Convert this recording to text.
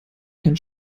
kein